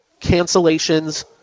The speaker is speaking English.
Cancellations